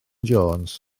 jones